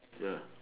ya